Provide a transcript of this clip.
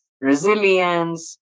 resilience